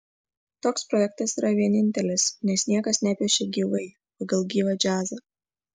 toks projektas yra vienintelis nes niekas nepiešia gyvai pagal gyvą džiazą